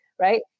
Right